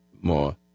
more